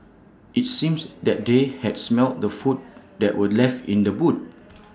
IT seems that they had smelt the food that were left in the boot